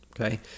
Okay